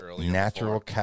Natural